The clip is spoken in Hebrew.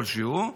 כלשהו,